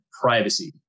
privacy